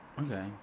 Okay